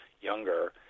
younger